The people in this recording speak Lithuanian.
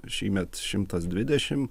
šįmet šimtas dvidešimt